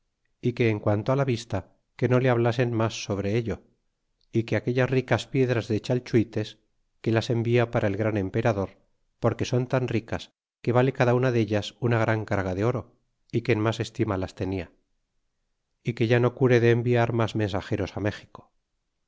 é que en quanto ti la vista que no le hablen mas sobre ello y que aquellas ricas piedras de chalchuites que las envía para el gran emperador porque son tan ricas que vale cada una dellas una gran carga de oro y que en mas estima las tenia y que ya no cure de enviar mas mensageros méxico